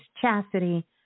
chastity